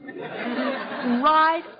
Right